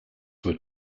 were